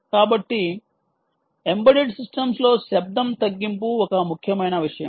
కాబట్టి ఎంబెడెడ్ సిస్టమ్స్లో శబ్దం తగ్గింపు ఒక ముఖ్యమైన విషయం